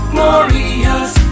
glorious